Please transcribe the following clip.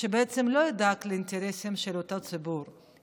שבעצם לא ידאג לאינטרסים של אותו ציבור,